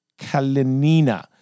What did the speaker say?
Kalinina